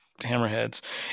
hammerheads